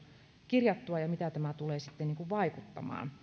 kirjattua ja mitä tämä tulee sitten vaikuttamaan